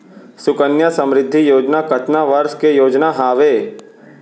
सुकन्या समृद्धि योजना कतना वर्ष के योजना हावे?